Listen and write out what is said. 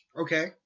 Okay